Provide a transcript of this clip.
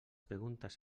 preguntes